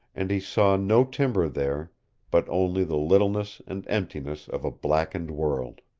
and he saw no timber there but only the littleness and emptiness of a blackened world.